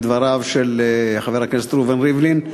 מדבריו של חבר הכנסת ראובן ריבלין.